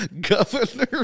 Governor